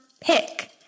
pick